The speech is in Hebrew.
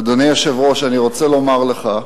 אדוני היושב-ראש, אני רוצה לומר לך,